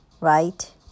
right